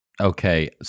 Okay